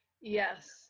yes